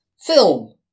film